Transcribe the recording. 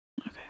Okay